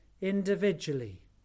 individually